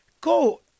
go